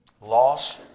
loss